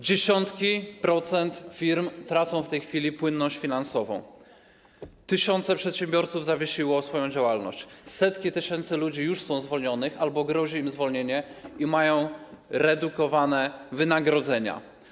Dziesiątki procent firm tracą w tej chwili płynność finansową, tysiące przedsiębiorców zawiesiło swoją działalność, setki tysięcy ludzi już zwolniono albo grozi im zwolnienie, mają redukowane wynagrodzenia.